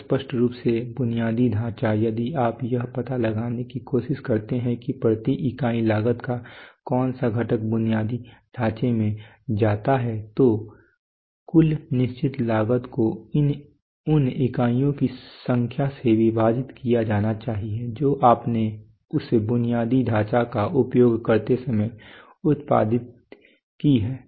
तो स्पष्ट रूप से बुनियादी ढांचा यदि आप यह पता लगाने की कोशिश करते हैं कि प्रति इकाई लागत का कौनसा घटक बुनियादी ढांचे में जाता है तो कुल निश्चित लागत को उन इकाइयों की संख्या से विभाजित किया जाना चाहिए जो आपने उस बुनियादी ढांचे का उपयोग करते समय उत्पादित की हैं